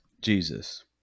Jesus